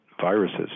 viruses